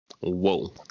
Whoa